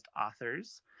authors